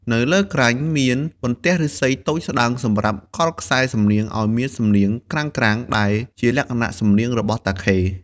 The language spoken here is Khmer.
នៅលើក្រាញ មានបន្ទះឫស្សីតូចស្ដើងសម្រាប់កល់ខ្សែសំនៀងឱ្យមានសំនៀងក្រាងៗ ដែលជាលក្ខណៈសំនៀងរបស់តាខេ។